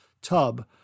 tub